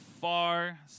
far